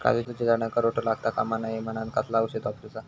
काजूच्या झाडांका रोटो लागता कमा नये म्हनान कसला औषध वापरूचा?